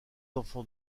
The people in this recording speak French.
enfants